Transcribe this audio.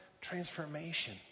transformation